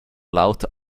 laut